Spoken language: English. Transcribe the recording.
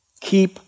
Keep